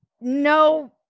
no